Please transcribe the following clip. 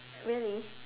really